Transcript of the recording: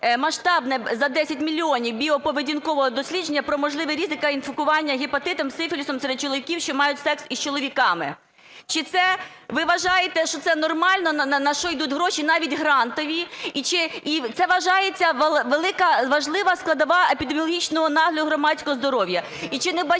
масштабне за 10 мільйонів – біоповедінкового дослідження про можливий ризик та інфікування гепатитом, сифілісом серед чоловіків, що мають секс із чоловіками. Чи це ви вважаєте, що це нормально на що ідуть гроші, навіть грантові? І це вважається великою важливою складовою епідеміологічного нагляду громадського здоров'я? І чи не вбачаєте